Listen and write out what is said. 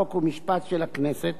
חוק ומשפט של הכנסת,